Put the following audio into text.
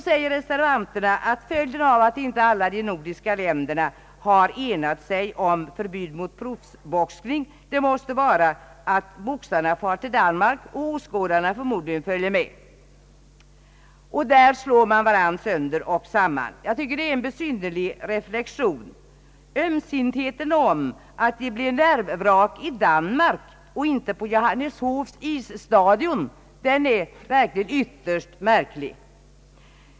Reservanterna säger att följden av att inte alla de nordiska länderna har enat sig om förbud mot proffsboxning måste bli att boxarna far till Danmark och att åskådarna förmod ligen följer med, och där slår man varandra sönder och samman. Jag tycker att det är en besynnerlig reflexion. ömsintheten för att de blir nervvrak i Danmark och inte på Johanneshovs isstadion är ytterst märklig.